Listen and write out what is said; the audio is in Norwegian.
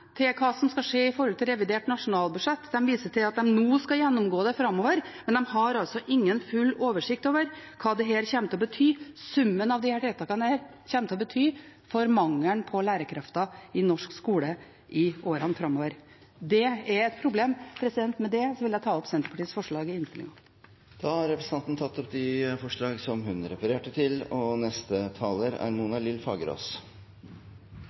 om hva som er konsekvensene av dette. Da viser de til hva som skal skje i forhold til revidert nasjonalbudsjett. De viser til at de nå skal gjennomgå det framover, men de har altså ingen full oversikt over hva summen av disse tiltakene kommer til å bety for mangelen på lærerkrefter i norsk skole i årene framover. Det er et problem. Med dette vil jeg ta opp Senterpartiets forslag i innstillingen. Representanten Marit Arnstad har tatt opp det forslaget hun refererte til.